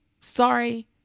Sorry